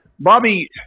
Bobby